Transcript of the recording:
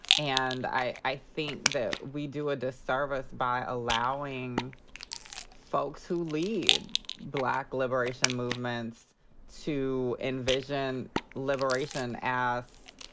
and i i think that we do a disservice by allowing folks who lead black liberation movements to envision liberation as